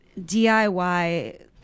DIY